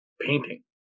painting